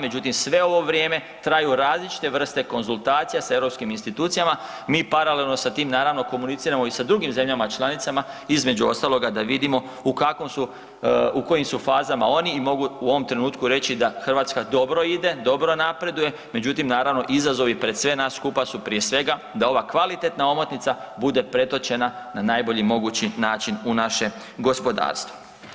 Međutim, sve ovo vrijeme traju različite vrste konzultacija sa europskim institucijama, mi paralelno sa tim naravno komuniciramo i sa drugim zemljama članicama, između ostaloga da vidimo u kakvom su, u kojim su fazama oni i mogu u ovom trenutku reći da Hrvatska dobro ide, dobro napreduje, međutim naravno izazovi pred sve nas skupa su prije svega da ova kvalitetna omotnica bude pretočena na najbolji mogući način u naše gospodarstvo.